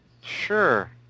Sure